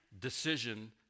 decision